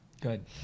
good